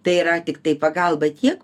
tai yra tiktai pagalba tiek